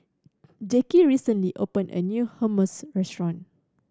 Jackie recently opened a new Hummus Restaurant